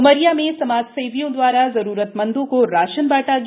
उमरिया में समाजसेवियों द्वारा जरूरतमंदों को राशन बांटा गया